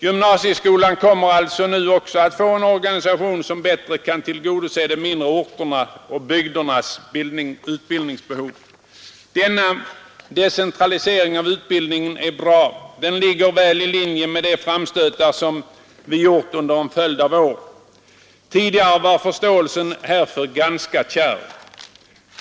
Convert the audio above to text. Gymnasieskolan kommer alltså nu att få en organisation som bättre kan tillgodose de mindre orternas och bygdernas utbildningsbehov. Denna decentralisering av utbildningen är bra och ligger väl i linje med de framstötar som vi gjort under en följd av år. Tidigare var förståelsen härför ganska svag.